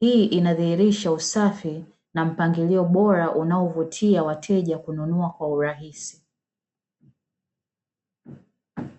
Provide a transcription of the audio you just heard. hii inadhihirisha usafi na mpangilio bora unaovutia wateja kununua kwa urahisi.